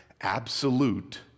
absolute